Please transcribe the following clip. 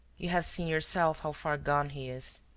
you have seen your self how far gone he is!